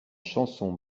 chanson